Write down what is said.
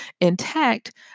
intact